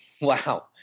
Wow